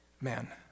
Man